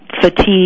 fatigue